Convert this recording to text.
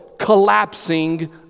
Collapsing